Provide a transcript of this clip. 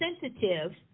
sensitive